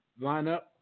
lineup